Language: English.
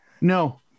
no